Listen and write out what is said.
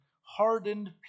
hardened